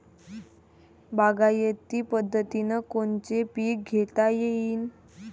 बागायती पद्धतीनं कोनचे पीक घेता येईन?